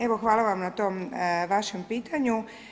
Evo, hvala Vam na tom vašem pitanju.